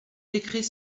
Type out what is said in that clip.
décret